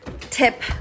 tip